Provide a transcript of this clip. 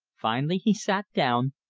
finally he sat down,